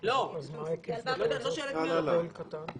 אז מה ההיקף בכל זאת גדול, קטן?